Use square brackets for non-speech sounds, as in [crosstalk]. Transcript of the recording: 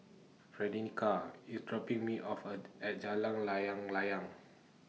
[unintelligible] IS dropping Me afford At Jalan Layang Layang